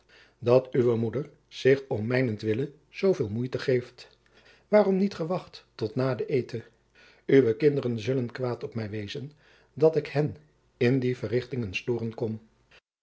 dat uwe moeder zich om mijnentwille zooveel moeite geeft waarom niet gewacht tot na den eten uwe kinderen zullen kwaad op mij wezen dat ik hen in die verrichting stooren kom